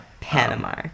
Panama